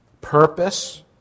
purpose